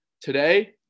Today